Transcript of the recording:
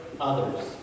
others